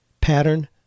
pattern